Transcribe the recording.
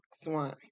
swine